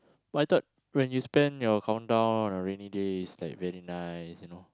but I thought when you spend your countdown on rainy days it's like very nice you know